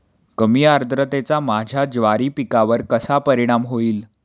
कमी आर्द्रतेचा माझ्या ज्वारी पिकावर कसा परिणाम होईल?